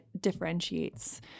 differentiates